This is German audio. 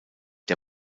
der